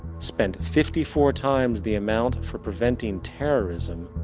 spent fifty four times the amount for preventing terrorism,